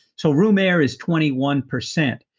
so room air is twenty one percent.